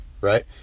right